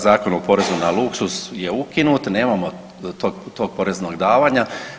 Zakon o porezu na luksuz je ukinut, nemamo tog, tog poreznog davanja.